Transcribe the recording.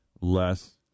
less